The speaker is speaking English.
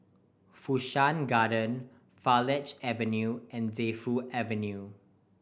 Fu Shan Garden Farleigh Avenue and Defu Avenue